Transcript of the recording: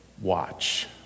Watch